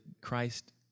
Christ